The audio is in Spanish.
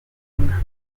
una